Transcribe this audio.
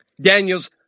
Daniel's